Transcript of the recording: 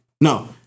No